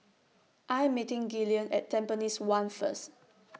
I Am meeting Gillian At Tampines one First